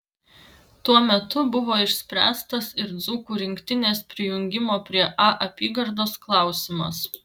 tuo metu buvo išspręstas ir dzūkų rinktinės prijungimo prie a apygardos klausimas